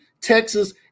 Texas